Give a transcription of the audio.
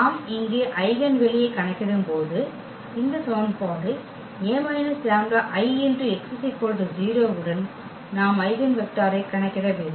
நாம் இங்கே ஐகென் வெளியை கணக்கிடும்போது இந்த சமன்பாடு A−λIx 0 உடன் நாம் ஐகென் வெக்டரைக் கணக்கிட வேண்டும்